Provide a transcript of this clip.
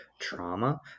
trauma